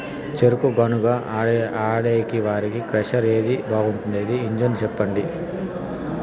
చెరుకు గానుగ ఆడేకి వాడే క్రషర్ ఏది బాగుండేది ఇంజను చెప్పండి?